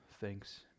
Thanks